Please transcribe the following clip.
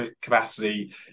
capacity